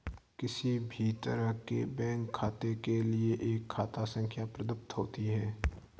किसी भी तरह के बैंक खाते के लिये एक खाता संख्या प्रदत्त होती है